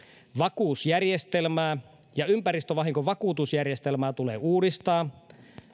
vakuusjärjestelmää ja ympäristövahinkovakuutusjärjestelmää tulee uudistaa